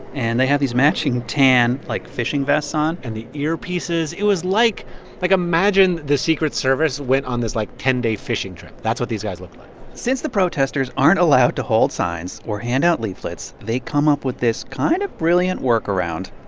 and they have these matching tan, like, fishing vests on and the earpieces. it was like like, imagine the secret service went on this, like, ten day fishing trip. that's what these guys look since the protesters aren't allowed to hold signs or hand out leaflets, they come up with this kind of brilliant workaround.